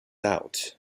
out